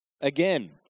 Again